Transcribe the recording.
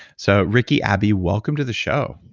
so ricki, abby, welcome to the show.